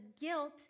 guilt